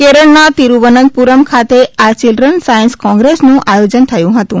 કેરળના તિરુવનંતપુરમ ખાતે આ ચિલ્ડ્રન સાયંસ કોંગ્રેસનું આયોજન થયું હતું